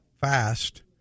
fast